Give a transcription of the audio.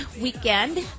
weekend